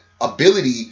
ability